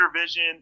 vision